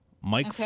Mike